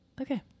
okay